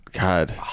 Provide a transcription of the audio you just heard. God